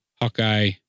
Hawkeye